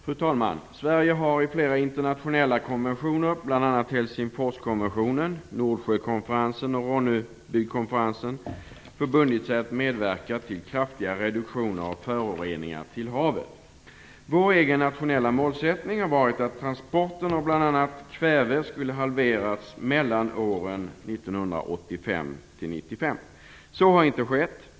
Fru talman! Sverige har i flera internationella konventioner, bl.a. Helsingforskonventionen, Nordsjökonferensen och Ronnebykonferensen, förbundit sig att medverka till kraftiga reduktioner av föroreningar i havet. Vår egen nationella målsättning har varit att transporten av bl.a. kväve skulle halveras mellan åren 1985 och 1995. Så har inte skett.